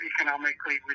economically